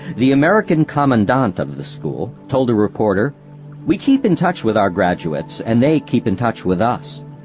the american commandant of the school told a reporter we keep in touch with our graduates and they keep in touch with us.